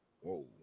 whoa